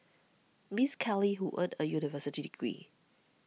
Miss Keller who earned a university degree